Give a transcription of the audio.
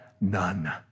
none